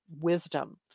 wisdom